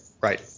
Right